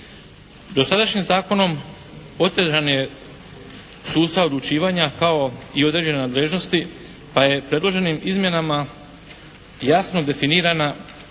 Dosadašnjim zakonom otežan je sustav odlučivanja kao i određene nadležnosti pa je predloženim izmjenama jasno definirana